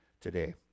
today